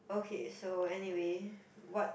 okay so anyway what